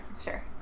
Sure